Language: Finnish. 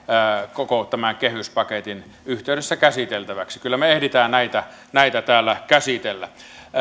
koko tämän kehyspaketin yhteydessä käsiteltäväksi kyllä me ehdimme näitä näitä täällä käsitellä